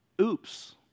oops